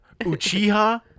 Uchiha